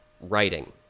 Writing